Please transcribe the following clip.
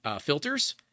filters